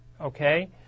Okay